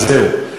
אז זהו,